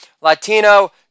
Latino